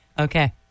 okay